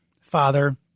Father